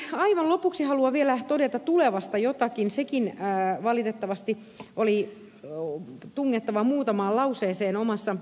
mutta sitten aivan lopuksi haluan vielä todeta tulevasta jotakin sekin valitettavasti oli tungettava muutamaan lauseeseen omassa ryhmäpuheenvuorossani